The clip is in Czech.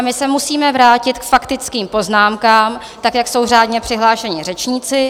My se musíme vrátit k faktickým poznámkám, jak jsou řádně přihlášeni řečníci.